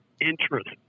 interest